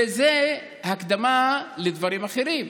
וזה הקדמה לדברים אחרים.